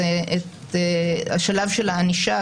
את השלב של הענישה,